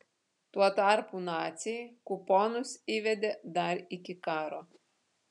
tuo tarpu naciai kuponus įvedė dar iki karo